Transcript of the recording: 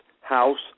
house